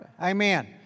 Amen